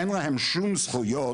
אין להם שום זכויות,